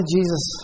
Jesus